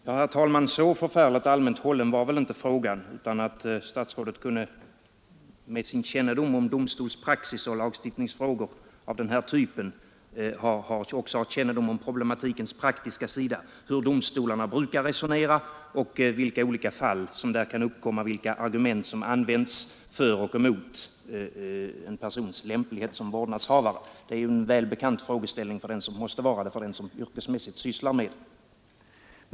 Herr talman! Så förfärligt allmänt hållen var väl inte frågan. Nog har statsrådet med sin kännedom om domstolarna och lagstiftningsfrågor av den här typen också erfarenhet av problematikens praktiska sida, hur domstolarna brukar resonera, vilka olika fall som där kan uppkomma och vilka argument som använts för och emot en persons lämplighet som vårdnadshavare. Det måste vara en välbekant frågeställning för den som yrkesmässigt sysslar med detta.